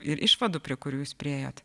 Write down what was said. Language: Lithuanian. ir išvadų prie kurių jūs priėjot